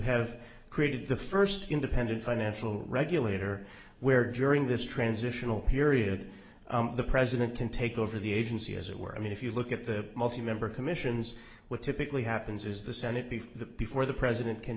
have created the first independent financial regulator where during this transitional period the president can take over the agency as it were i mean if you look at the multi member commissions what typically happens is the senate before that before the president can